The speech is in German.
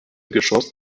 geschoss